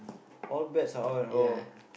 all bets are on oh